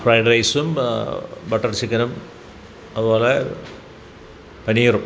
fried റൈസും butter ചിക്കനും അതുപോലെ പനീറും